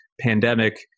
pandemic